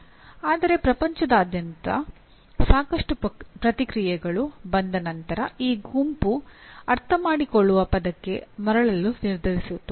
ಆದರೆ ಪ್ರಪಂಚದಾದ್ಯಂತದ ಸಾಕಷ್ಟು ಪ್ರತಿಕ್ರಿಯೆಗಳು ಬಂದ ನಂತರ ಈ ಗುಂಪು ಅರ್ಥಮಾಡಿಕೊಳ್ಳುವ ಪದಕ್ಕೆ ಮರಳಲು ನಿರ್ಧರಿಸಿತು